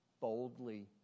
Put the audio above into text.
boldly